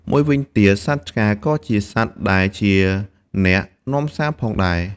មួយវិញទៀតសត្វឆ្កែ ក៏ជាសត្វដែលជាអ្នកនាំសារផងដែរ។